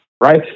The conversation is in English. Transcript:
right